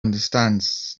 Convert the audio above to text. understands